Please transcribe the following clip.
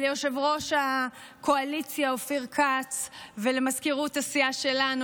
ליושב-ראש הקואליציה אופיר כץ ולמזכירות הסיעה שלנו,